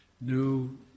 new